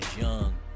young